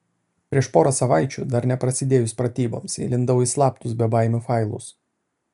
prieš porą savaičių dar neprasidėjus pratyboms įlindau į slaptus bebaimių failus